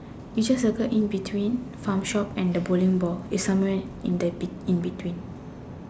you just circle in between farm shop and the bowling ball it's somewhere in there in between